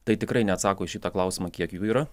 tai tikrai neatsako į šitą klausimą kiek jų yra